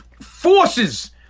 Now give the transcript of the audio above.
forces